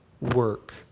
work